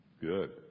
Good